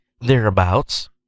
thereabouts